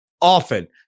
often